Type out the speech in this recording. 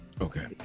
Okay